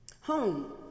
Home